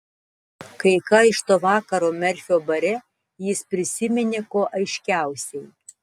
kai ką iš to vakaro merfio bare jis prisiminė kuo aiškiausiai